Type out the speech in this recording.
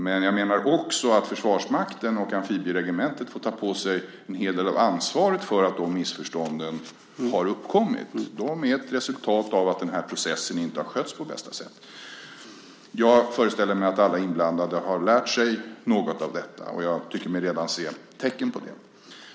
Men jag menar också att Försvarsmakten och amfibieregementet får ta på sig en hel del av ansvaret för att de missförstånden har uppkommit. De är ett resultat av att den här processen inte har skötts på bästa sätt. Jag föreställer mig att alla inblandade har lärt sig något av detta, och jag tycker mig redan se tecken på det.